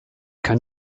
kann